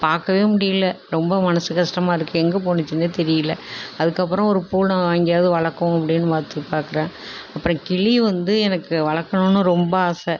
பார்க்கவே முடியிலை ரொம்ப மனது கஷ்டமாக இருக்குது எங்கே போச்சின்னே தெரியல அதுக்கப்புறம் ஒரு பூனை வாங்கியாவது வளர்க்குவோம் அப்டின்னு பார்த்து பார்க்குறேன் அப்புறம் கிளி வந்து எனக்கு வளர்க்கணும்னு ரொம்ப ஆசை